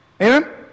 Amen